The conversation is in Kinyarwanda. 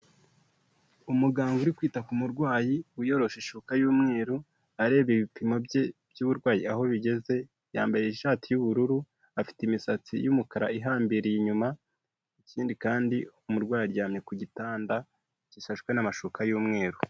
Umuganga uri kwita ku murwayi, wiyoroshe ishuka y'umweru, areba ibipimo bye by'uburwayi aho bigeze, yambaye ishati y'ubururu, afite imisatsi y'umukara ihambiriye inyuma, ikindi kandi umurwayi aryamye ku gitanda, gishashwe n'amashuka y'umweru.